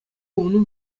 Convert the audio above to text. унӑн